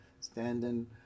standing